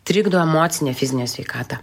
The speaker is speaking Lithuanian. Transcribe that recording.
trikdo emocinę fizinę sveikatą